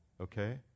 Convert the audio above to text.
Okay